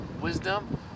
wisdom